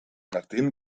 nachdem